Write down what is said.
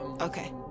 Okay